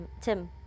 Tim